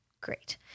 Great